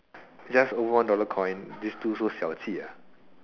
just one dollar coin this two so 小气 ah